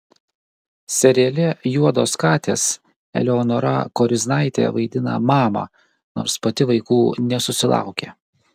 seriale juodos katės eleonora koriznaitė vaidina mamą nors pati vaikų nesusilaukė